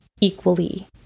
equally